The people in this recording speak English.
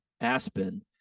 aspen